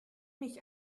mich